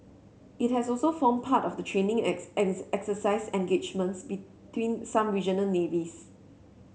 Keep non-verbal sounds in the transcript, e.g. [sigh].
it has also formed part of the training [unintelligible] exercise engagements between some regional navies